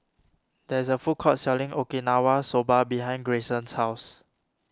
there is a food court selling Okinawa Soba behind Grayson's house